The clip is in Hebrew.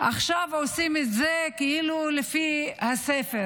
עכשיו עושים את זה לפי הספר.